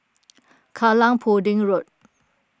Kallang Pudding Road